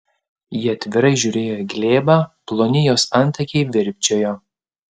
ji atvirai žiūrėjo į glėbą ploni jos antakiai virpčiojo